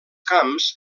camps